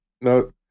No